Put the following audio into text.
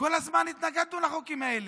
כל הזמן התנגדנו לחוקים האלה.